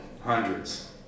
hundreds